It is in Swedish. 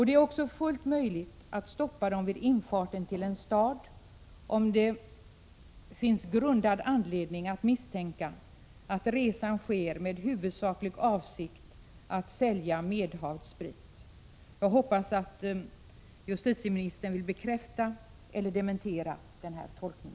Det är också fullt möjligt att stoppa dem vid infarten till en stad, om det finns grundad anledning att misstänka att resan sker med huvudsaklig avsikt att sälja medhavd sprit. Jag hoppas att justitieministern vill bekräfta eller dementera denna tolkning.